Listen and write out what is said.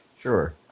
Sure